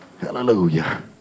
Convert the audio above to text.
Hallelujah